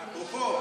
אפרופו,